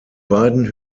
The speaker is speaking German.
beiden